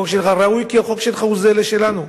החוק שלך ראוי, כי החוק שלך זהה לשלנו.